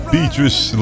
Beatrice